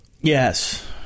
Yes